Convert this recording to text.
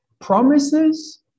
promises